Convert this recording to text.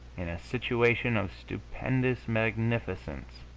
in a situation of stupendous magnificence,